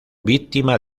víctima